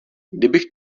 kdybych